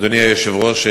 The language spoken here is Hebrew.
אדוני היושב-ראש,